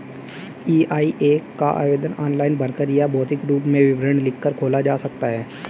EIA का आवेदन online भरकर या भौतिक रूप में विवरण लिखकर खोला जा सकता है